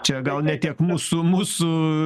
čia gal ne tiek mūsų mūsų